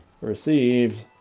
Received